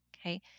Okay